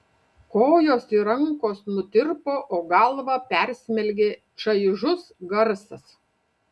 kojos ir rankos nutirpo o galvą persmelkė čaižus garsas